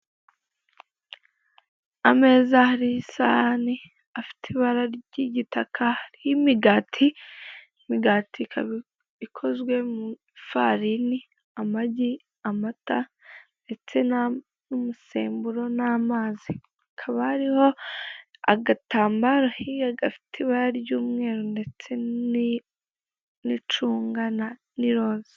Ameza ariho isahani afite ibara ry'igitaka ririho imigati, imigati ikaba ikozwe mu ifarini, amagi, amata, ndetse na n'umusemburo n'amazi. Akaba hariho agatambaro hirya gafite ibara ry'umweru ndetse n'icunga n'iroza.